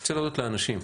אני רוצה להודות לאנשים,